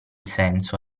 senso